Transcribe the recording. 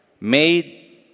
made